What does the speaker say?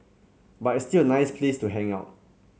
but it's still a nice place to hang out